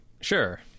Sure